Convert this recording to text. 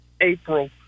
April